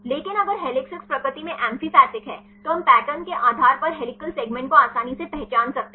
लेकिन अगर हेलिसेस प्रकृति में एम्फीपैथिक हैं तो हम पैटर्न के आधार पर हेलिकल सेगमेंट को आसानी से पहचान सकते हैं